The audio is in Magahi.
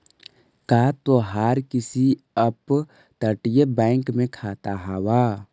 का तोहार किसी अपतटीय बैंक में खाता हाव